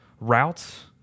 routes